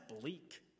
bleak